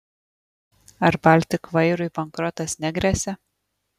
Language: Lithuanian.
ar baltik vairui bankrotas negresia